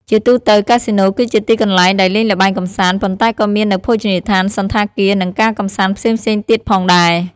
ជាទូទៅ កាស៊ីណូគឺជាទីកន្លែងដែលលេងល្បែងកម្សាន្ត ប៉ុន្តែក៏មាននូវភោជនីយដ្ឋាន សណ្ឋាគារ និងការកម្សាន្តផ្សេងៗទៀតផងដែរ ។